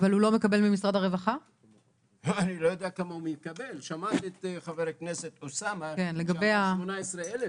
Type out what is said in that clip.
אני קראתי את התוכנית הממשלתית.